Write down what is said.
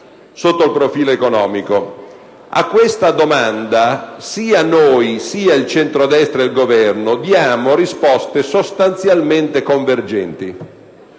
sotto il profilo economico. A questa domanda sia noi sia il centrodestra e il Governo diamo risposte sostanzialmente convergenti.